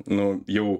nu jau